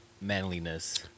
manliness